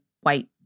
white